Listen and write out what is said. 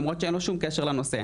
למרות שאין לו שום קשר לנושא,